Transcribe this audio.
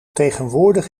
tegenwoordig